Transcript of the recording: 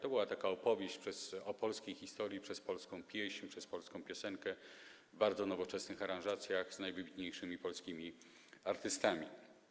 To była opowieść o polskiej historii przez polską pieśń, przez polską piosenkę w bardzo nowoczesnych aranżacjach i z najwybitniejszymi polskimi artystami.